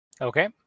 okay